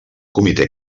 comitè